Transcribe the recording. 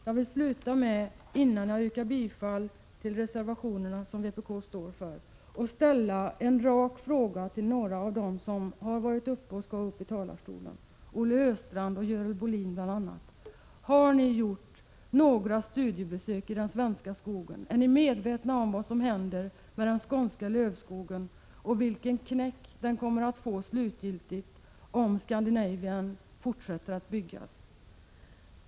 Jag vill, innan jag yrkar bifall till de reservationer som vpk står för, ställa ett par raka frågor till några av dem som har varit uppe eller skall gå upp i talarstolen, bl.a. Görel Bohlin och Olle Östrand: Har ni gjort några studiebesök i den svenska skogen? Är ni medvetna om vad som händer med den skånska lövskogen och att den kommer att få den slutgiltiga knäcken om Scandinavian Link fortsätter att byggas?